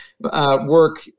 Work